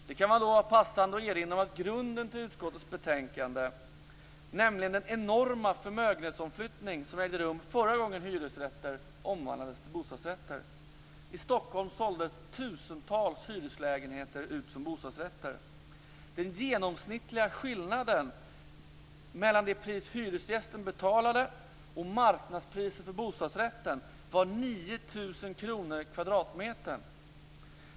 Det kan då vara passande att erinra om grunden till utskottets betänkande, nämligen den enorma förmögenhetsomflyttning som ägde rum förra gången hyresrätter omvandlades till bostadsrätter. I Stockholm såldes tusentals hyreslägenheter ut som bostadsrätter. Den genomsnittliga skillnaden mellan det pris hyresgästen betalade och marknadspriset för bostadsrätten var 9 000 kr kvadratmetern.